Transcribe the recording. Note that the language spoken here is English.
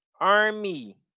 Army